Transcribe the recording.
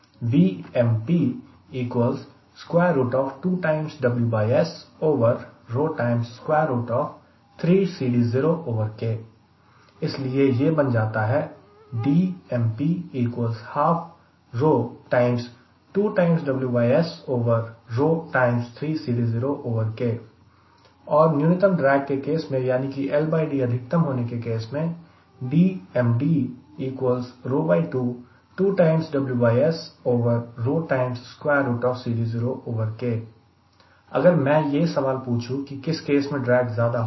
इसलिए यह बन जाता है और न्यूनतम ड्रैग के केस में यानी कि LD अधिकतम होने के केस में अगर मैं यह सवाल पूछू कि किस केस में ड्रैग ज्यादा होगा